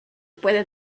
puede